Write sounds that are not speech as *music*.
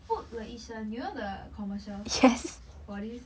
*noise* 了一声 you know the commercial for this